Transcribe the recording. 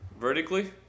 vertically